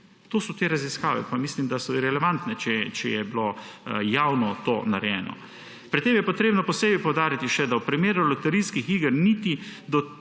To so te raziskave. Mislim, da so relevantne, če je bilo to javno narejeno. Pri tem je potrebno posebej poudariti še, da v primeru loterijskih iger do